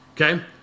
Okay